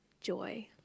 Joy